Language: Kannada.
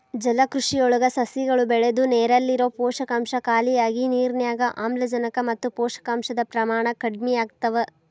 ಜಲಕೃಷಿಯೊಳಗ ಸಸಿಗಳು ಬೆಳದು ನೇರಲ್ಲಿರೋ ಪೋಷಕಾಂಶ ಖಾಲಿಯಾಗಿ ನಿರ್ನ್ಯಾಗ್ ಆಮ್ಲಜನಕ ಮತ್ತ ಪೋಷಕಾಂಶದ ಪ್ರಮಾಣ ಕಡಿಮಿಯಾಗ್ತವ